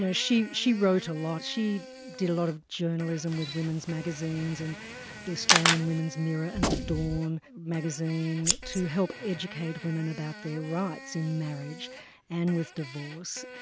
she she wrote a lot, she did a lot of journalism with women's magazines and the australian women's mirror and the dawn magazine to help educate women about their rights in marriage and with divorce,